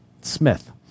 Smith